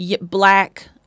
black